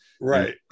Right